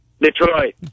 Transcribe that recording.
Detroit